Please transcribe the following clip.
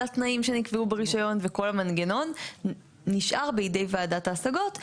התנאים שנקבעו ברישיון וכל המנגנון נשאר בידי ועדת ההשגות.